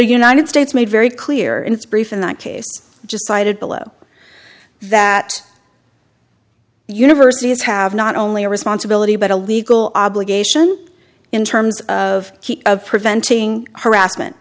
united states made very clear in its brief in that case just cited below that universities have not only a responsibility but a legal obligation in terms of preventing harassment